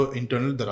internal